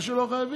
מה שהם לא חייבים,